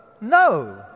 No